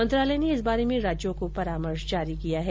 मंत्रालय ने इस बारे में राज्यों को परामर्श जारी किया है